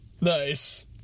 Nice